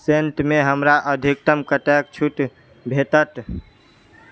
सेंटमे हमरा अधिकतम कतेक छूट भेटत